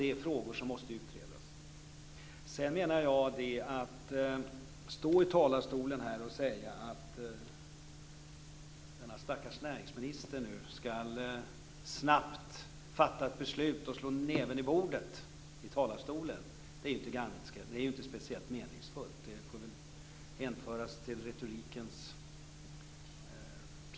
Det är frågor som måste utredas. Att stå här och säga att denne stackars näringsminister snabbt skall fatta beslut och slå näven i bordet här i talarstolen är inte speciellt meningsfullt, utan det får väl hänföras till retoriken.